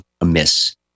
amiss